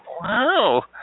Wow